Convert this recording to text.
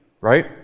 right